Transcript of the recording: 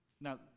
Now